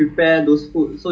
like nasi lemak